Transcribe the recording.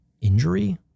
injury